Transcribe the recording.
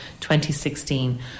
2016